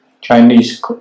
Chinese